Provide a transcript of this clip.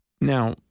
Now